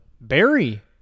Barry